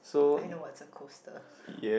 I know what's a coaster